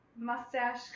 mustache